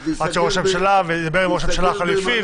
עד שראש הממשלה ידבר עם ראש הממשלה החליפי,